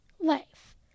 life